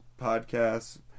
podcasts